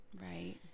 Right